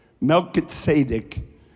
Melchizedek